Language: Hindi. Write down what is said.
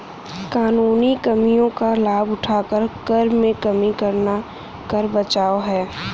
कानूनी कमियों का लाभ उठाकर कर में कमी करना कर बचाव है